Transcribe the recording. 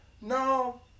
no